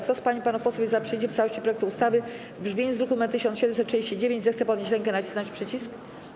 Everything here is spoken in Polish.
Kto z pań i panów posłów jest za przyjęciem w całości projektu ustawy w brzmieniu z druku nr 1739, zechce podnieść rękę i nacisnąć przycisk.